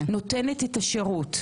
נותנת את השירות.